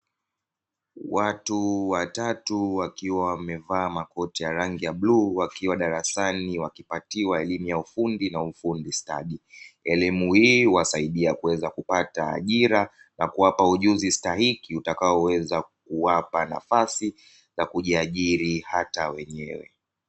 Watu watatu wakiwa wamevaa makoti ya rangi ya bluu, wakiwa darasani wakipatiwa elimu ya ufundi na ufundi stadi. Elimu hii huwasaidia kuweza kupata ajira na kuwapa ujuzi stahiki, utakaoweza kuwapa nafasi za kujiajiri hata wenyewe.